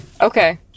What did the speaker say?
Okay